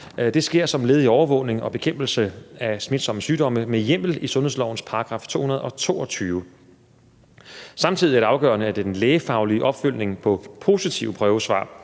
Det sker som led i overvågning og bekæmpelse af smitsomme sygdomme med hjemmel i sundhedslovens § 222. Samtidig er det afgørende, at den lægefaglige opfølgning på positive prøvesvar